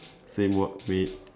same work mate